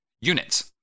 units